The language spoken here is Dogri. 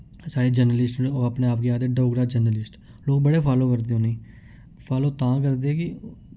साढ़े जर्नलिस्ट न ओ अपने आप गी आखदे डोगरा जर्नलिस्ट लोक बड़े फालो करदे उ'नें ई फालो तां करदे कि